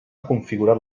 configurat